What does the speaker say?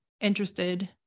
interested